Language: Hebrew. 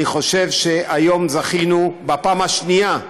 אני חושב שהיום זכינו בפעם השנייה,